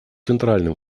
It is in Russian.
центральным